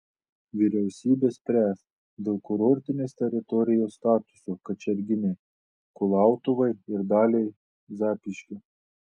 vyriausybė spręs dėl kurortinės teritorijos statuso kačerginei kulautuvai ir daliai zapyškio